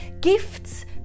Gifts